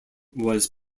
was